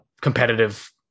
competitive